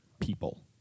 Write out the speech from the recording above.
people